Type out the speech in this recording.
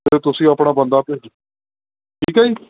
ਅਤੇ ਤੁਸੀਂ ਆਪਣਾ ਬੰਦਾ ਭੇਜੋ ਠੀਕ ਆ ਜੀ